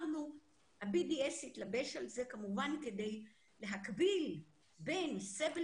ה-BDS התלבש על זה כמובן כדי להקביל בין סבל